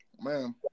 man